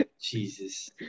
Jesus